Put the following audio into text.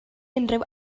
unrhyw